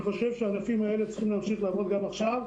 אני חושב שהענפים האלה צריכים להמשיך לעבוד גם עכשיו.